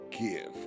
give